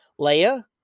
Leia